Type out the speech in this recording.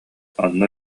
онно